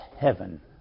heaven